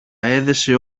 έδεσε